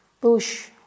bush